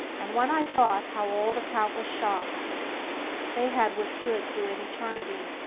and when i thought how all the countless shocks they had withstood through an eternity,